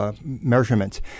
measurements